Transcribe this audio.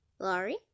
Laurie